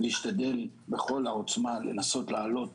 משתדל בכל העוצמה לנסות להעלות